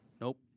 Nope